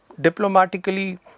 diplomatically